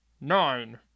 Nine